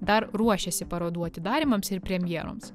dar ruošėsi parodų atidarymams ir premjeroms